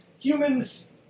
humans